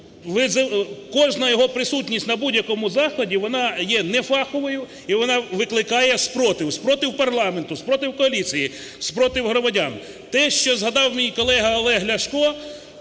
кожна його присутність на будь-якому заході, вона є нефаховою, і вона викликає спротив, спротив парламенту, спротив коаліції, спротив громадян. Те, що згадав мій колега Олег Ляшко,